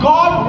God